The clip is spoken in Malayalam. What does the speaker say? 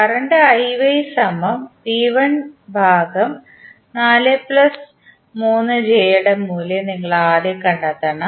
കറണ്ട് ന്റെ മൂല്യം നിങ്ങൾ ആദ്യം കണ്ടെത്തണം